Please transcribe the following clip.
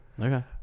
Okay